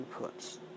inputs